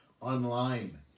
online